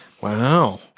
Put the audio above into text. Wow